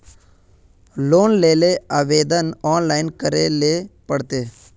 Loan लेले आवेदन online करे ले पड़ते?